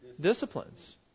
disciplines